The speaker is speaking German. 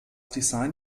design